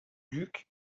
duc